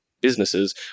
businesses